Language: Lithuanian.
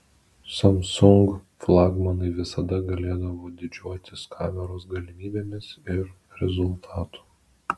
samsung flagmanai visada galėdavo didžiuotis kameros galimybėmis ir rezultatu